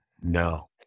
No